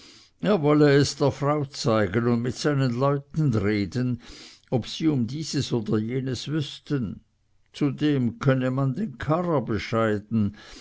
er wolle es der frau zeigen und mit seinen leuten reden ob sie um dieses und jenes wüßten zudem könne man den karrer bescheiden